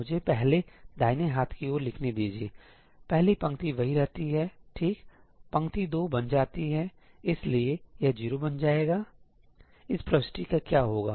मुझे पहले दाहिने हाथ की ओर लिखने दीजिएपहली पंक्ति वही रहती है ठीक पंक्ति 2 बन जाती है इसलिए यह 0 बन जाएगा सही इस प्रविष्टि का क्या होगा